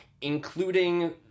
including